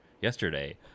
yesterday